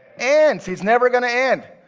and he's never gonna end.